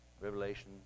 Revelation